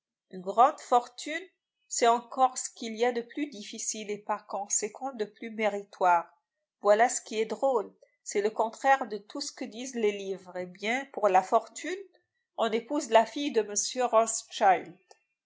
une grande fortune c'est encore ce qu'il y a de plus difficile et par conséquent de plus méritoire voilà ce qui est drôle c'est le contraire de tout ce que disent les livres eh bien pour la fortune on épouse la fille de